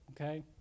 okay